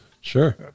Sure